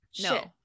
No